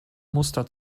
muster